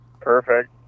Perfect